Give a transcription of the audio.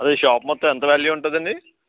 అది షాప్ మొత్తం ఎంత వ్యాల్యూ ఉంటదండి